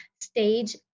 stage